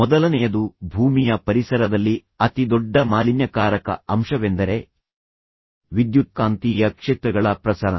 ಮೊದಲನೆಯದು ಭೂಮಿಯ ಪರಿಸರದಲ್ಲಿ ಅತಿದೊಡ್ಡ ಮಾಲಿನ್ಯಕಾರಕ ಅಂಶವೆಂದರೆ ವಿದ್ಯುತ್ಕಾಂತೀಯ ಕ್ಷೇತ್ರಗಳ ಪ್ರಸರಣ